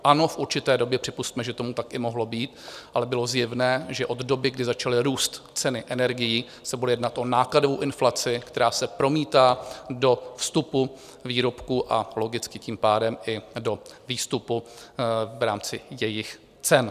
Ano, v určité době připusťme, že tomu i tak mohlo být, ale bylo zjevné, že od doby, kdy začaly růst ceny energií, se bude jednat o nákladovou inflaci, která se promítá do vstupu výrobku, a logicky tím pádem i do výstupu v rámci jejich cen.